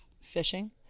fishing